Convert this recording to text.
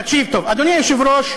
תקשיב טוב, אדוני היושב-ראש,